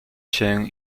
się